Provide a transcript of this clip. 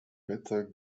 better